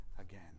again